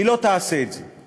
והיא לא תעשה את זה,